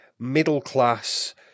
middle-class